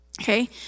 okay